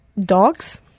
Dogs